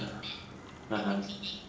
(uh huh)